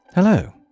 Hello